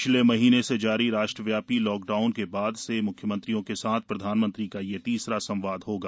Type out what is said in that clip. पिछले महीने से जारी राष्ट्रव्यापी लॉकडाउन के बाद से मुख्यमंत्रियों के साथ प्रधानमंत्री का यह तीसरा संवाद होगा